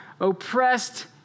oppressed